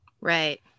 Right